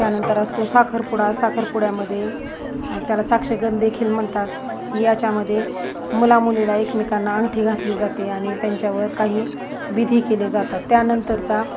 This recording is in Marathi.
त्यानंतर असतो साखरपुडा साखरपुड्यामध्ये त्याला साक्षगणदेखील म्हणतात याच्यामध्ये मुलामुलीला एकमेकांना अंगठी घातली जाते आणि त्यांच्यावर काही विधी केले जातात त्यानंतरचा